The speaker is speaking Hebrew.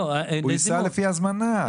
הוא ייסע לפי הזמנה.